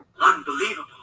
Unbelievable